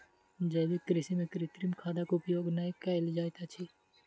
जैविक कृषि में कृत्रिम खादक उपयोग नै कयल जाइत अछि